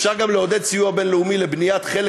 אפשר גם לעודד סיוע בין-לאומי לבניית חלק